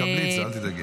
תקבלי את זה, אל תדאגי.